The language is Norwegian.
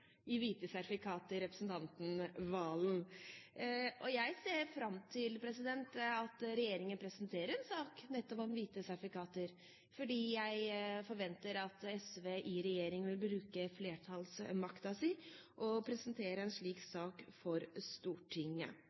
her at representanten Serigstad Valen har et hjertebarn i hvite sertifikater. Jeg ser fram til at regjeringen presenterer en sak nettopp om hvite sertifikater, fordi jeg forventer at SV i regjering vil bruke flertallsmakten sin og presentere en slik sak for Stortinget.